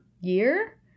year